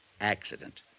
Accident